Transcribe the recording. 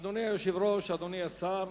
אדוני היושב-ראש, אדוני השר,